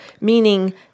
meaning